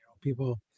People